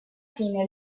fine